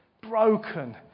Broken